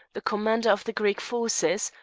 the commander of the greek forces,